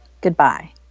goodbye